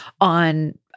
on